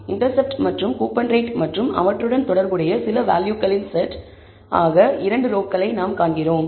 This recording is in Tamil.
இண்டெர்செப்ட் மற்றும் கூப்பன் ரேட் மற்றும் அவற்றுடன் தொடர்புடைய சில வேல்யூகளின் செட் ஆக 2 ரோக்களைக் காண்கிறோம்